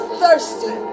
thirsty